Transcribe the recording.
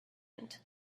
and